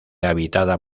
habitada